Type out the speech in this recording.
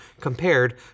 compared